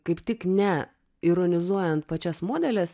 kaip tik ne ironizuojant pačias modeles